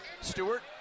Stewart